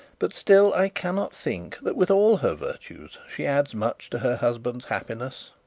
but still i cannot think that with all her virtues she adds much to her husband's happiness.